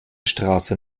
straße